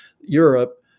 Europe